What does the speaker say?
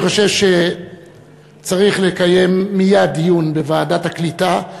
אני חושב שצריך לקיים מייד דיון בוועדת הקליטה,